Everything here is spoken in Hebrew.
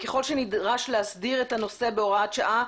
ככל שנדרש להסדיר את הנושא בהוראת שעה,